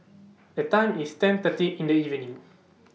The Time IS ten thirty in The evening